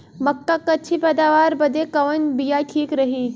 मक्का क अच्छी पैदावार बदे कवन बिया ठीक रही?